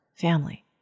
family